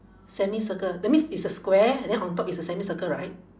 semicircle that means it's a square then on top it's a semicircle right